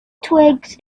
twigs